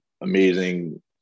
amazing